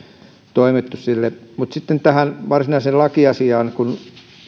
toimittu mutta sitten tähän varsinaiseen lakiasiaan kun